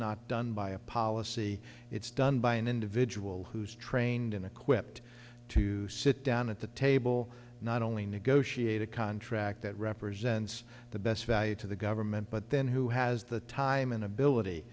not done by a policy it's done by an individual who's trained and equipped to sit down at the table not only negotiate a contract that represents the best value to the government but then who has the time and ability